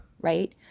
right